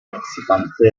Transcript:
participante